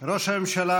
לשעבר,